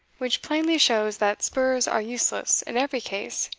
which plainly shows that spurs are useless in every case,